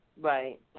Right